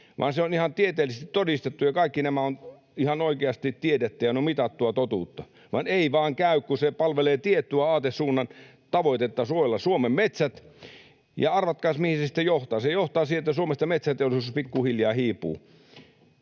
vaan se on ihan tieteellisesti todistettu. Kaikki nämä asiat ovat ihan oikeasti tiedettä ja mitattua totuutta. Vaan ei vaan käy, kun se palvelee tietyn aatesuunnan tavoitetta: suojella Suomen metsät. Ja arvatkaapas, mihin se sitten johtaa. Se johtaa siihen, että Suomesta metsäteollisuus pikku hiljaa hiipuu,